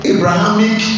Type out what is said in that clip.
Abrahamic